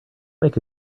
make